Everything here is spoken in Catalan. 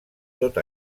tot